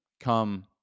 come